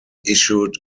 issued